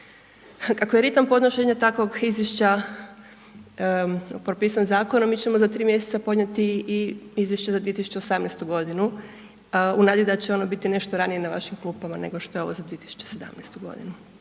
Kako je ritam podnošenja takvog izvješća propisan zakonom, mi ćemo za 3 mj. podnijeti i izvještaj za 2018. g. u nadi da će ona biti nešto ranije na vašim klupama nego što je ova za 2017. g.